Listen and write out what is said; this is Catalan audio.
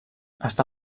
està